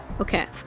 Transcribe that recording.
Okay